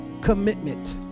commitment